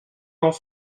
dans